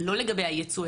לא לגבי הייצוא,